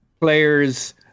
Players